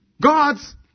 God's